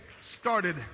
started